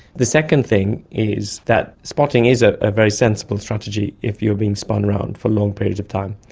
the second thing is that spotting is a ah very sensible strategy if you are being spun around for long periods of time.